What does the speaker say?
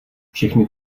všechny